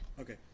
Okay